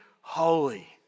holy